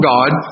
God